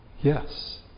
Yes